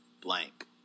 blank